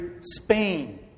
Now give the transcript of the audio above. Spain